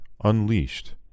Unleashed